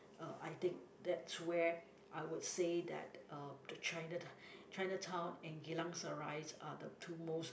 uh I think that's where I would say that uh the Chinato~ Chinatown and Geylang Serai are the two most